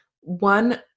one